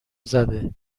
زده